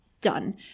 done